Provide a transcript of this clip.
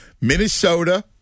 Minnesota